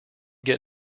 get